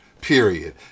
Period